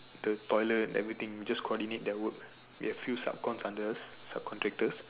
the toilet everything just coordinate their work we have a few sub cons under sub contractors